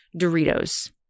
Doritos